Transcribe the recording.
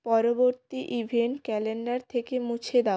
পরবর্তী event calendar থেকে মুছে দাও